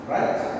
Right